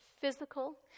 physical